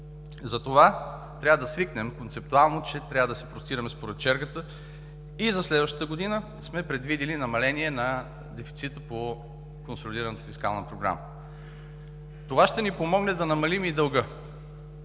Затова трябва да свикнем концептуално, че трябва да се простираме според чергата и за следващата година сме предвидили намаление на дефицита по Консолидираната фискална програма. Това ще ни помогне да намалим и дълга.